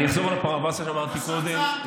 אני אחזור על מה שאמרתי קודם,